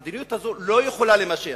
המדיניות הזאת לא יכולה להימשך.